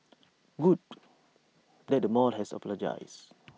good that the mall has apologised